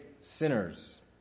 sinners